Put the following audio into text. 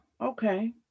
Okay